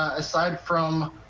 aside from